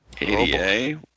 ADA